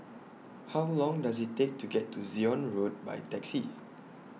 How Long Does IT Take to get to Zion Road By Taxi